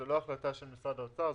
זאת לא החלטה של משרד האוצר,